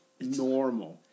normal